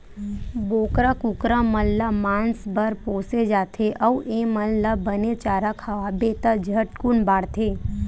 बोकरा, कुकरा मन ल मांस बर पोसे जाथे अउ एमन ल बने चारा खवाबे त झटकुन बाड़थे